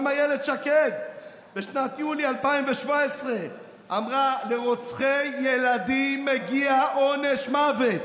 גם אילת שקד ביולי שנת 2017 אמרה: לרוצחי ילדים מגיע עונש מוות.